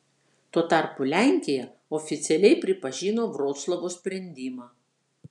tuo tarpu lenkija oficialiai pripažino vroclavo sprendimą